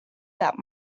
that